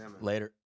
Later